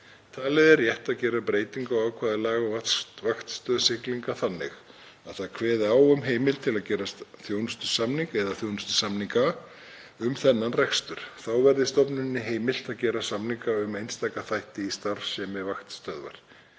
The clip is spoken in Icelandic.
Talið er rétt að gera breytingu á ákvæði laga um vaktstöð siglinga þannig að kveðið er á um heimild til að gera þjónustusamning eða þjónustusamninga um þennan rekstur. Þá verði stofnuninni heimilt að gera samninga um einstaka þætti í starfsemi vaktstöðvar.